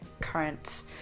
current